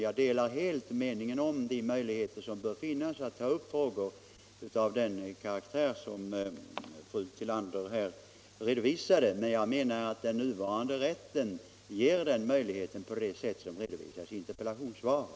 Jag delar interpellationsrätt i helt meningen om de möjligheter som bör finnas att ta upp frågor av kommunfullmäktiden karaktär som fru Tillander här redovisade. Jag menar dock att den ge nuvarande rätten ger den möjligheten på det sätt som redovisas i interpellationssvaret.